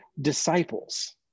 disciples